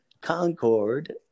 concord